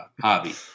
hobby